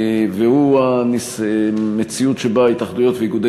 והוא המציאות שבה התאחדויות ואיגודי